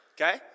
Okay